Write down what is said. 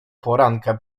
poranka